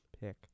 pick